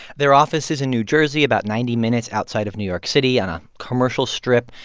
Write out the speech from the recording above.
their office is in new jersey, about ninety minutes outside of new york city, on a commercial strip.